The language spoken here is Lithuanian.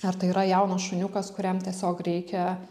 ar tai yra jaunas šuniukas kuriam tiesiog reikia